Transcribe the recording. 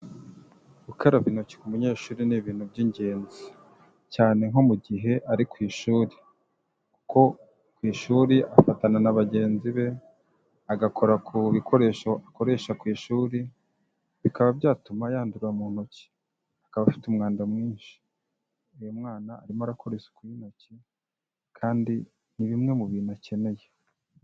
Gukaraba intoki ku munyeshuri ni ibintu by'ingenzi, cyane nko mu gihe ari ku ishuri, kuko ku ishuri afatana na bagenzi be agakora ku bikoresho akoresha ku ishuri, bikaba byatuma yandura mu ntoki, akaba afite umwanda mwinshi, uyu mwana arimo arakora isuku y'intoki kandi ni bimwe mu bintu akeneye.